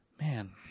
Man